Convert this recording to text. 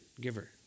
giver